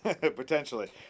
Potentially